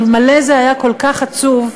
אלמלא זה היה כל כך עצוב,